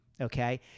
Okay